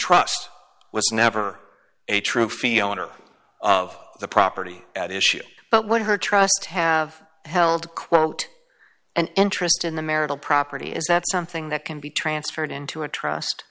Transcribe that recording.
trust was never a true feeling or of the property at issue but what her trust have held quote an interest in the marital property is that something that can be transferred into a trust